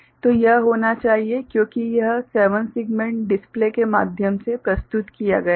तो यह होना चाहिए क्योंकि यह 7 सेगमेंट डिस्प्ले के माध्यम से प्रस्तुत किया गया है